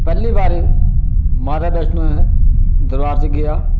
पैह्ली बारी माता वैष्णो दरबार च गेआ